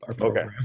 Okay